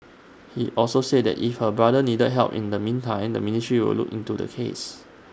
he also said that if her brother needed help in the meantime the ministry would look into the case